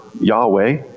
Yahweh